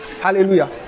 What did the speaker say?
Hallelujah